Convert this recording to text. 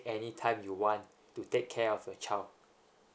any time you want to take care of your child